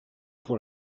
pour